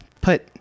put